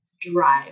drive